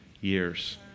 years